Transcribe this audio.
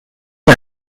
wir